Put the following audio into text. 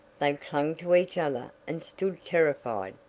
they clung to each other and stood terrified.